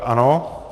Ano.